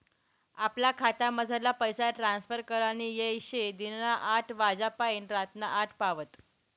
आपला खातामझारला पैसा ट्रांसफर करानी येय शे दिनना आठ वाज्यापायीन रातना आठ पावत